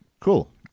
cool